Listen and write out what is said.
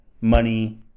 money